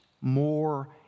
more